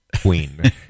queen